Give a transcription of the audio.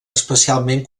especialment